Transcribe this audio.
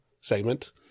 segment